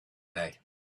day